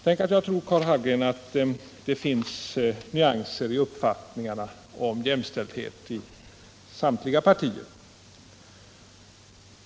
Tänk, att jag tror, Karl Hallgren, att det finns nyanser i uppfattningarna om jämställdhet i samtliga partier.